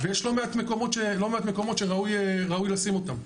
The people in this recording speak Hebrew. יש לא מעט מקומות שראוי לשים אותם.